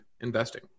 investing